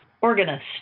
organist